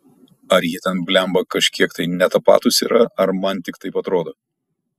ar jie ten blemba kažkiek tai ne tapatūs yra ar man tik taip atrodo